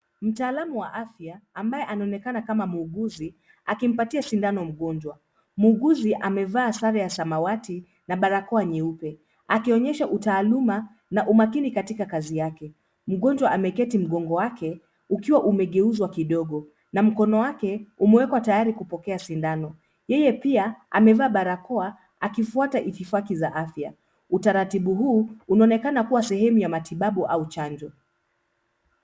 Mtaalamu wa afya ambaye anaonekana kama muuguzi anaonekana akimpatia sindano mgonjwa. Muuguzi amevaa sare ya samawati na barakoa nyeupe akionyesha utaaluma na umakini katika kazi yake. Mgonjwa ameketi mgongo wake ukiwa umeguezwa kidogo na mkono wake umewekwa tayari kupokea sindano. Yeye pia amevaa barakoa akifuata itifaki za afya. Utaratibu huu unaonekana kuwa sehemu ya matibabu au chanjo.